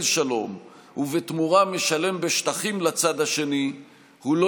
שלום ובתמורה משלם בשטחים לצד השני הוא לא